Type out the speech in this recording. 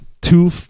two